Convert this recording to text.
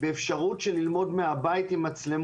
על ידי מתן אפשרות מהבית עם מצלמות.